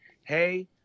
hey